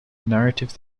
narrative